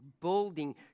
building